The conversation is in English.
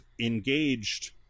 engaged